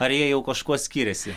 ar jie jau kažkuo skiriasi